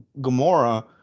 Gamora